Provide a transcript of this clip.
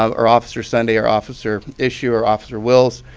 ah or officer sunday, or officer issue, or officer wills,